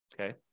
Okay